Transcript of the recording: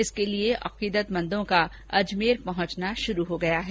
इसके लिए अकीदतमंदों का अजमेर पहुंचना शुरू हो गया है